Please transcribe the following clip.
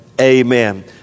Amen